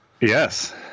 Yes